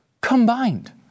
combined